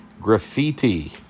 Graffiti